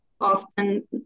often